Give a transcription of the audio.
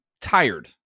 tired